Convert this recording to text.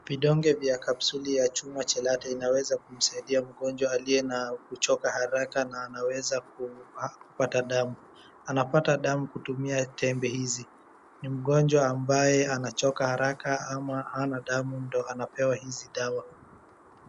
Vidoge vya kapsuli ya chuma CHELATE inaweza kumsaidia mgonjwa aliyena kuchoka haraka na anaweza kupata damu. Anapata damu kupitia tembe hizi. Ni mgonjwa ambaye anachoka haraka ama hana damu ndo anapewa hizi dawa.